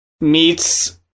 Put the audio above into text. Meets